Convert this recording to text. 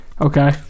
Okay